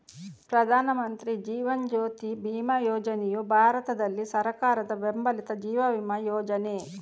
ಪ್ರಧಾನ ಮಂತ್ರಿ ಜೀವನ್ ಜ್ಯೋತಿ ಬಿಮಾ ಯೋಜನೆಯು ಭಾರತದಲ್ಲಿ ಸರ್ಕಾರದ ಬೆಂಬಲಿತ ಜೀವ ವಿಮಾ ಯೋಜನೆ